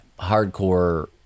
hardcore